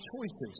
choices